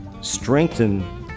strengthen